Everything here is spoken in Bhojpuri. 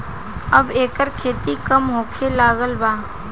अब एकर खेती कम होखे लागल बा